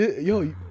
Yo